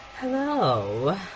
Hello